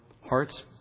hearts